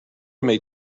may